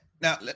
now